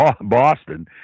Boston